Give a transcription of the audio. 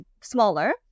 smaller